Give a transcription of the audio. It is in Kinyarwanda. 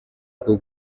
bwo